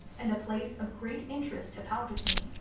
and a place of great interest to palpatine.